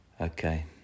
okay